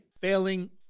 failing